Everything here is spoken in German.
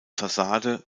fassade